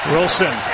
Wilson